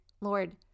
Lord